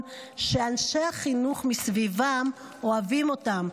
שאנשי החינוך מסביבם אוהבים אותם,